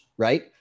Right